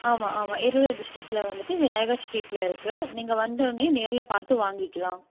ஆமாம் ஆமாம் ஈரோடு டிஸ்ட்டிக்கில் வந்துட்டு விநாயகர் ஸ்ட்ரீட்டில் இருக்குது நீங்கள் வந்தொடனே நேரில் பார்த்து வாங்கிக்கலாம்